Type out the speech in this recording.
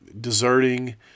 Deserting